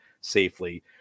safely